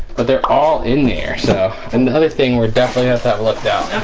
but they're all in there. so another thing we're definitely not that looked out